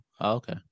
Okay